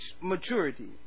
maturity